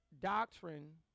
doctrine